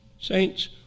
Saints